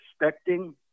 expecting